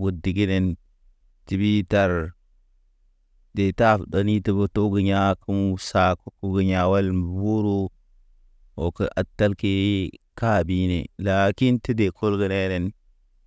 wu diginen. Tibi tar ɗe tab dani tubu tugu yag kuŋ sa kug ya wal mboro. Okə a tal ke ka bi ne lakin te de kolge reren.